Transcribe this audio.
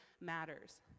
matters